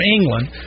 England